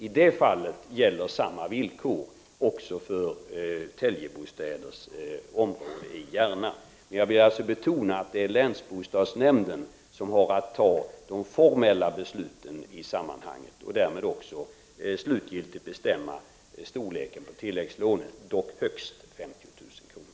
I det fallet gäller samma villkor också för Telgebostäders område i Järna. Jag vill alltså betona att det är länsbostadsnämnden som har att fatta de formella besluten i sammanhanget och därmed också slutgiltigt bestämma storleken på tilläggslånen, som dock uppgår till högst 50 000 kr.